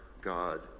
God